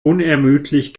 unermüdlich